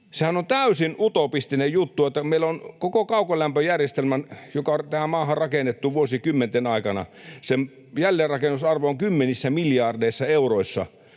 Sehän on täysin utopistinen juttu. Meillä koko kaukolämpöjärjestelmän, joka on tähän maahan rakennettu vuosikymmenten aikana, jälleenrakennusarvo on kymmenissä miljardeissa euroissa.